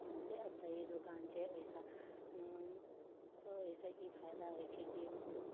से एतहि दोकान छै ओहिसँ ओइसँ ई फायदा होइत छै कि